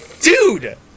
Dude